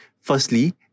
Firstly